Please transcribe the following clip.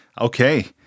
Okay